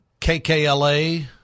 KKLA